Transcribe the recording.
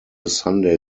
sunday